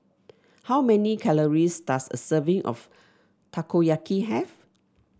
how many calories does a serving of Takoyaki have